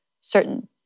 certain